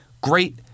great